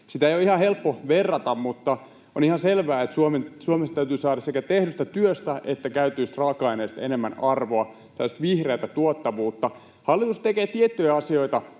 Sitä ei ole ihan helppo verrata, mutta on ihan selvää, että Suomessa täytyy saada sekä tehdystä työstä että käytetyistä raaka-aineista enemmän arvoa, tällaista vihreää tuottavuutta. Hallitus tekee tiettyjä asioita